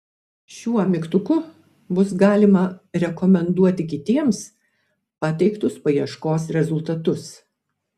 šiuo mygtuku bus galima rekomenduoti kitiems pateiktus paieškos rezultatus